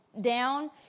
down